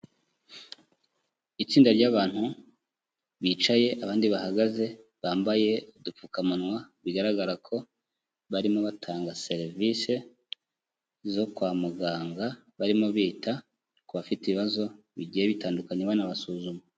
Itsinda ry'abantu bicaye abandi bahagaze bambaye udupfukamunwa, bigaragara ko barimo batanga serivisi zo kwa muganga, barimo bita ku bafite ibibazo bigiye bitandukanye banabasuzuma.